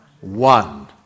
One